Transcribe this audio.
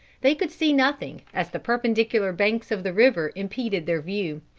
they could see nothing, as the perpendicular banks of the river impeded their view.